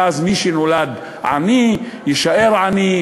ואז מי שנולד עני יישאר עני,